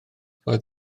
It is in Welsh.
roedd